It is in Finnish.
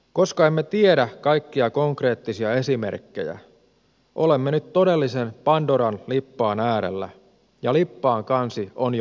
koska emme tiedä kaikkia konkreettisia esimerkkejä olemme nyt todellisen pandoran lippaan äärellä ja lippaan kansi on jo raollaan